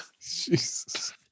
Jesus